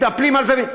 מתנפלים על זה.